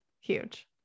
Huge